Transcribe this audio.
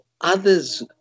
others